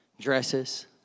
dresses